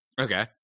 okay